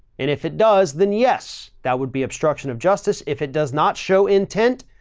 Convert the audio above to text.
and if it does, then yes, that would be obstruction of justice. if it does not show intent,